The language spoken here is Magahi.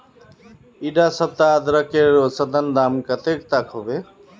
इडा सप्ताह अदरकेर औसतन दाम कतेक तक होबे?